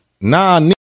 nah